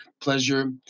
pleasure